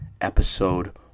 Episode